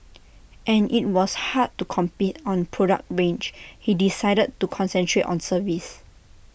and IT was hard to compete on product range he decided to concentrate on service